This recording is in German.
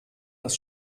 das